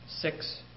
six